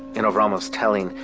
in avraamov's telling,